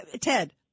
Ted